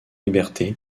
liberté